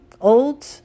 old